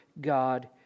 God